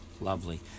Lovely